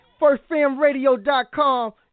Firstfamradio.com